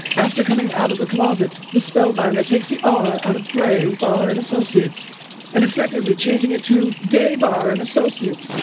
after coming out of the closet the spellbinder takes the are out of gray bar and associates and effectively changing it to gay bar and associates